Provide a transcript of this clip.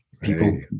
People